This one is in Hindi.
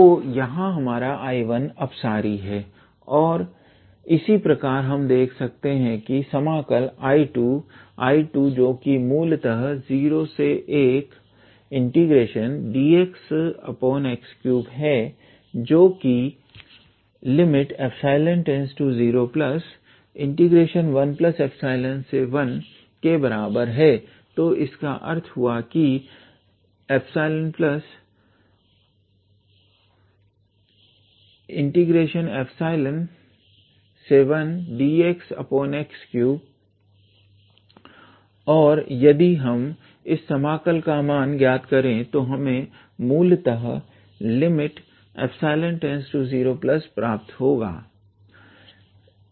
तो यहां हमारा 𝐼1 अपसारी है इसी प्रकार हम देख सकते हैं कि समाकल 𝐼2 𝐼2 जोकि मूलतः 01dxx3 है जोकि ∈→01∈1 के बराबर है तो इसका अर्थ हुआ कि 𝜀 तो इसका अर्थ है कि 1dxx3 और यदि हम इस समाकल का मान ज्ञात करें तो हमें मूलतः ∈→0 प्राप्त होगा